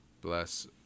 Bless